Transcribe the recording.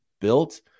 built